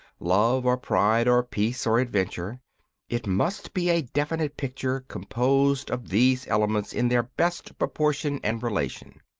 love or pride or peace or adventure it must be a definite picture composed of these elements in their best proportion and relation.